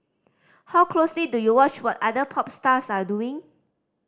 how closely do you watch what other pop stars are doing